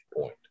point